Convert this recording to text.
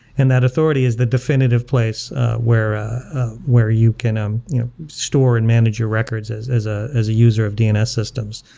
and that authority is the definitive place where ah where you can um store and manage your records as ah as a user of dns systems.